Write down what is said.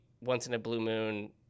once-in-a-blue-moon